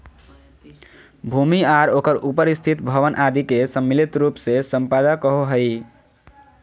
भूमि आर ओकर उपर स्थित भवन आदि के सम्मिलित रूप से सम्पदा कहो हइ